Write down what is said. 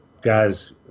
guys